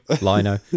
lino